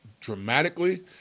dramatically